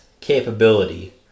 capability